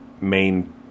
main